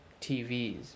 TVs